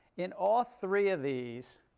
in all three of these,